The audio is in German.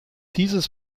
dieses